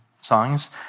songs